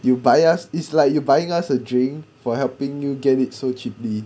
you buy us is like you buying us a drink for helping you get it so cheaply